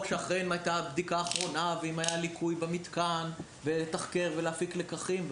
שאכן הייתה הבדיקה האחרונה; אם היה ליקוי במתקן; לתחקר ולהפיק לקחים,